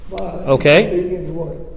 Okay